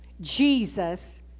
Jesus